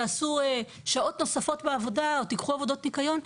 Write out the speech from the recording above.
תעשו שעות נוספות בעבודה או תיקחו עבודות ניקיון,